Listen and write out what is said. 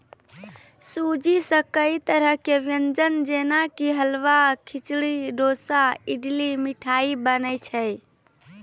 सूजी सॅ कई तरह के व्यंजन जेना कि हलवा, खिचड़ी, डोसा, इडली, मिठाई बनै छै